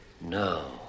No